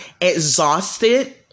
exhausted